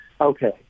Okay